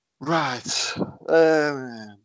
Right